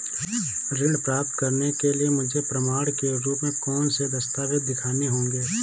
ऋण प्राप्त करने के लिए मुझे प्रमाण के रूप में कौन से दस्तावेज़ दिखाने होंगे?